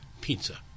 pizza